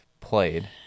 played